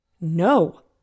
No